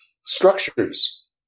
structures